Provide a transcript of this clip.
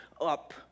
up